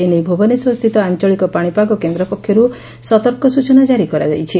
ଏନେଇ ଭୁବନେଶ୍ୱରସ୍ଥିତ ଆଞ୍ଚଳିକ ପାଶିପାଗ କେନ୍ଦ ପକ୍ଷର୍ ସତର୍କ ସ୍ଚନା ଜାରି କରାଯାଇଛି